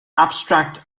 abstract